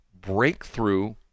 breakthrough